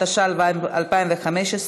התשע"ה 2015,